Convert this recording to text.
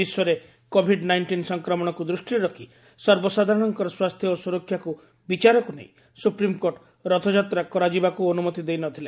ବିଶ୍ୱରେ covid nineteen ସଂକ୍ରମଣକୁ ଦୂଷ୍ଟିରେ ରଖି ସର୍ବସାଧାରଣଙ୍କ ସ୍ୱାସ୍ଥ୍ୟ ଓ ସୁରକ୍ଷାକୁ ବିଚାରକୁ ନେଇ ସୁପ୍ରିମ୍କୋର୍ଟ ରଥଯାତ୍ରା କରାଯିବାକୁ ଅନୁମତି ଦେଇ ନ ଥିଲେ